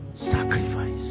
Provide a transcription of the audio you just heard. Sacrifice